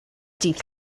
dydd